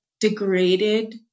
degraded